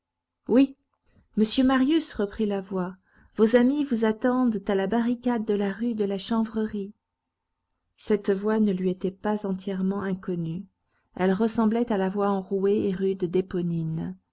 oui monsieur marius reprit la voix vos amis vous attendent à la barricade de la rue de la chanvrerie cette voix ne lui était pas entièrement inconnue elle ressemblait à la voix enrouée et rude d'éponine